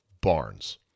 Barnes